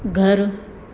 घरु